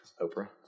Oprah